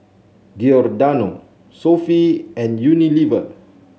Giordano Sofy and Unilever